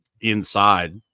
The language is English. inside